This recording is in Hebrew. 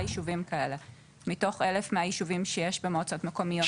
ישובים כאלה מתוך אלף מהישובים שיש במועצות המקומיות.